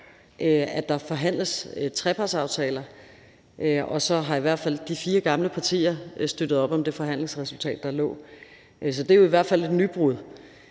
at der forhandles trepartsaftaler, og så har i hvert fald de fire gamle partier støttet op om det forhandlingsresultat, der lå. Så det er i hvert fald et nybrud.